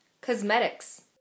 Cosmetics